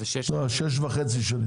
לא, שש וחצי שנים.